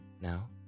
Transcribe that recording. Now